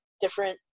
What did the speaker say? different